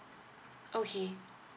okay